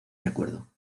recuerdo